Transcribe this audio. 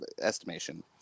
estimation